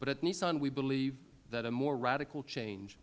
but at nissan we believe that a more radical change